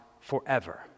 forever